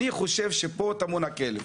אני חושב שפה טמון הכלב,